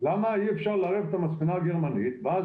למה אי אפשר לערב את המספנה הגרמנית ואז